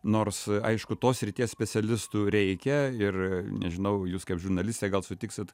nors aišku tos srities specialistų reikia ir nežinau jūs kaip žurnalistė gal sutiksit